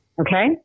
Okay